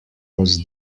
was